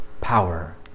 power